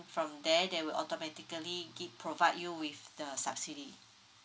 from there they will automatically give provide you with the subsidy